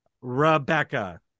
Rebecca